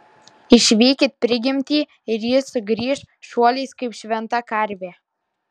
išvykit prigimtį ir ji sugrįš šuoliais kaip šventa karvė